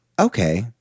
okay